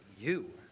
you